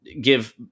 give